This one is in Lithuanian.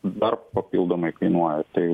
dar papildomai kainuoja tai